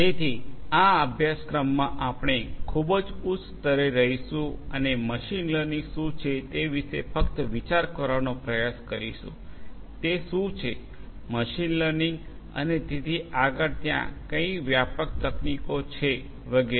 તેથી આ અભ્યાસક્રમમાં આપણે ખૂબ જ ઉચ્ચ સ્તરે રહીશું અને મશીન લર્નિંગ શું છે તે વિશે ફક્ત વિચાર કરવાનો પ્રયાસ કરીશું તે શું છે મશીન લર્નિંગ અને તેથી આગળ ત્યાં કઈ વ્યાપક તકનીકીઓ છે વગેરે